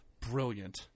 Brilliant